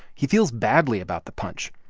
he feels badly about the punch.